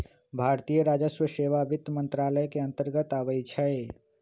भारतीय राजस्व सेवा वित्त मंत्रालय के अंतर्गत आबइ छै